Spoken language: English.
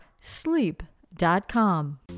sleep.com